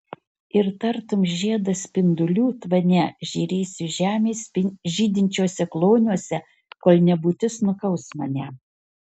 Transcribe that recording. ir tartum žiedas spindulių tvane žėrėsiu žemės žydinčiuose kloniuose kol nebūtis nukaus mane